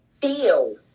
feel